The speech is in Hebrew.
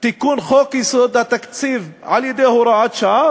תיקון חוק-יסוד: תקציב המדינה על-ידי הוראת שעה,